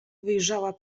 wyjrzała